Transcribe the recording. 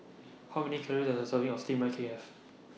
How Many Calories Does A Serving of Steamed Rice Cake Have